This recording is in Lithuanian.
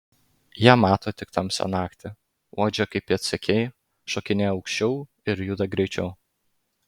jie mato tik tamsią naktį uodžia kaip pėdsekiai šokinėja aukščiau ir juda greičiau